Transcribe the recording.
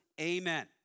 Amen